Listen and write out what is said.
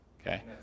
Okay